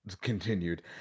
continued